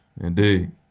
Indeed